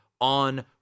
on